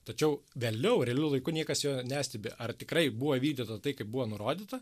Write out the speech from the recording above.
tačiau vėliau realiu laiku niekas jo nestebi ar tikrai buvo įvykdyta taip kaip buvo nurodyta